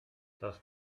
das